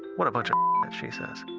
what a bunch of she says.